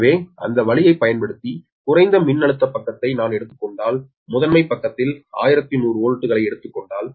எனவே அந்த வழியைப் பயன்படுத்தி குறைந்த மின்னழுத்த பக்கத்தை நான் எடுத்துக் கொண்டால் முதன்மை பக்கத்தில் 1100 வோல்ட்டுகளை எடுத்துக் கொண்டால்